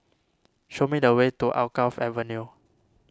show me the way to Alkaff Avenue